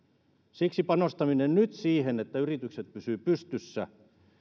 siksi panostetaan nyt siihen että yritykset pysyvät pystyssä